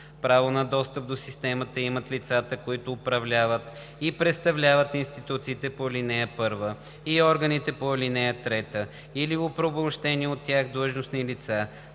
Право на достъп до системата имат лицата, които управляват и представляват институциите по ал. 1 и органите по ал. 3, или оправомощени от тях длъжностни лица